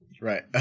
Right